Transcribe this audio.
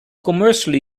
commercially